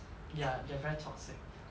ya they're very toxic